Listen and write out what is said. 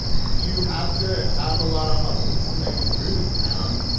you have to have a lot of hustles to make it through this town.